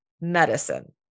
medicine